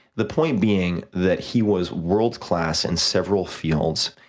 the point being, that he was world class in several fields.